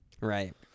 Right